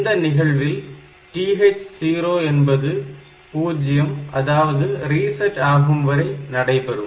இந்த நிகழ்வில் TH0 என்பது 0 அதாவது ரீசெட் ஆகும்வரை நடைபெறும்